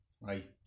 right